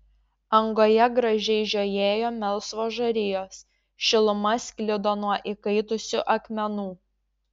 angoje gražiai žiojėjo melsvos žarijos šiluma sklido nuo įkaitusių akmenų